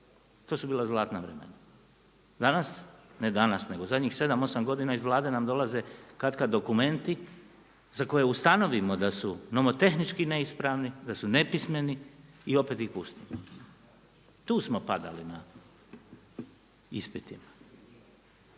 To su bila zlatna vremena. Danas, ne danas, nego zadnjih sedam, osam godina iz Vlade nam dolaze katkad dokumenti za koje ustanovimo da su nomotehnički neispravni, da su nepismeni i opet ih puštamo. Tu smo padali na ispitima.